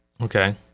Okay